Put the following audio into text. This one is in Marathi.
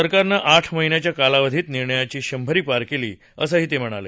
सरकारनं आठ महिन्यांच्या कालावधीत निर्णयांची शंभरी पार केली असं ते म्हणाले